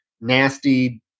nasty